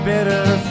bitter